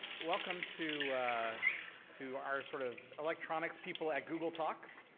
welcome to to our sort of electronics people at google talks.